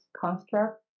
construct